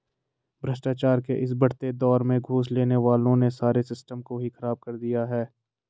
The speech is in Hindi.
भ्रष्टाचार के इस बढ़ते दौर में घूस लेने वालों ने सारे सिस्टम को ही खराब कर दिया है